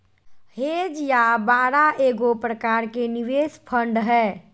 hedge या बाड़ा एगो प्रकार के निवेश फंड हय